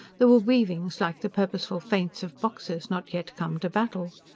there were weavings like the purposeful feints of boxers not yet come to battle.